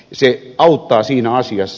se auttaa siinä asiassa